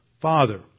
Father